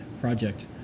project